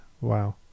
Wow